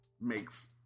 makes